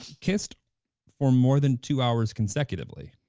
kissed for more than two hours consecutively.